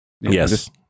Yes